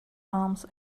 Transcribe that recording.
arms